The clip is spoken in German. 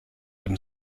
dem